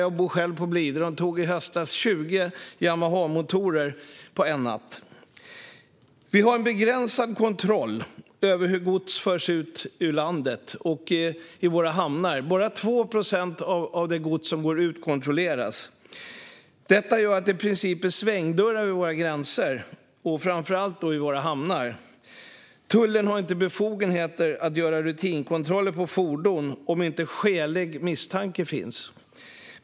Jag bor själv på Blidö. I höstas tog de 20 Yamahamotorer under en natt. Vi har en begränsad kontroll över hur gods förs ut ur landet och våra hamnar. Bara 2 procent av det gods som går ut kontrolleras. Detta gör att det i princip är svängdörrar vid våra gränser och framför allt i våra hamnar. Tullen har inte befogenheter att göra rutinkontroller av fordon om inte skälig misstanke finns.